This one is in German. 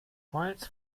holz